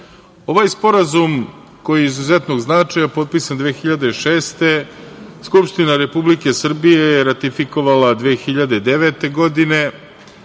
Ovaj Sporazum, koji je od izuzetnog značaja, potpisan 2006. godine, Skupštine Republike Srbije je ratifikovala 2009. godine,